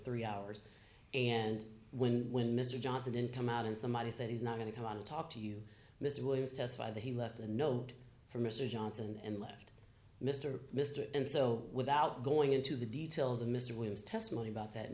three hours and when when mr johnson didn't come out and somebody said he's not going to come on and talk to you mr williams testify that he left a note for mr johnson and left mr mr and so without going into the details of mr williams testimony about that